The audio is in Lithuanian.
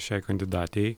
šiai kandidatei